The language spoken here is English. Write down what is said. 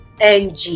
NG